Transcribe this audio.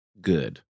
good